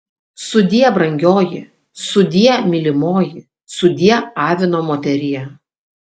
sudie brangioji sudie mylimoji sudie avino moterie